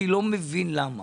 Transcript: אני לא מבין למה.